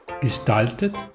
gestaltet